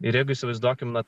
ir jeigu įsivaizduokime kad